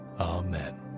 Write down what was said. amen